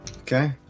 Okay